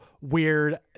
weird